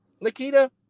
Nikita